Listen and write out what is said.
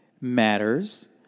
matters